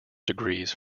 degrees